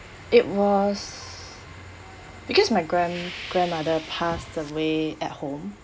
it was because my grand~ grandmother passed away at home